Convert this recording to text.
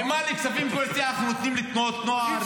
נאמר לי: כספים קואליציוניים אנחנו נותנים לתנועות נוער,